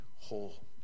whole